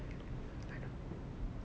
I don't know